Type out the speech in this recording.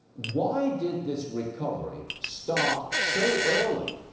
why did this recovery start so early,